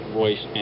voice